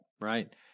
Right